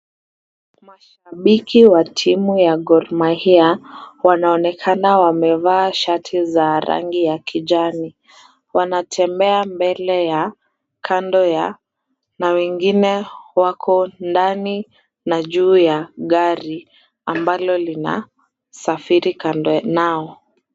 Mashabiki wa timu ya Gor Mahia wanaonekana wamevaa shati za rangi ya kijani. Wanatembea mbele ya, kando ya na wengine wako ndani na juu ya gari ambalo lina safiri kando yao.